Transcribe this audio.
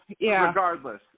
regardless